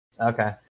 Okay